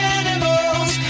animals